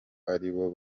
aribo